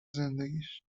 زندگیش